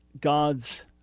God's